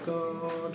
God